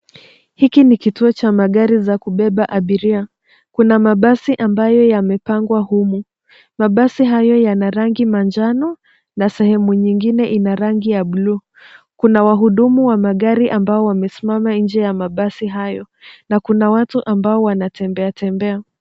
Hiki ni kituo cha magari za kubeba abiria. Kuna mabasi ambayo yamepangwa humu. Mabasi hayo yana rangi manjano na sehemu nyingine ina rangi ya buluu. Kuna wahudumu wa magari ambao wamesimama nje ya mabasi hayo na kuna watu ambao wanatembea tembea.